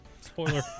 Spoiler